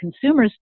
consumers